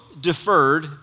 deferred